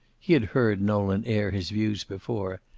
he had heard nolan air his views before.